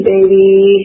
Baby